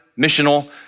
missional